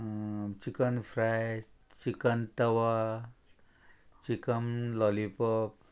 chicken fry chicken tawa chicken lollipop